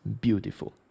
beautiful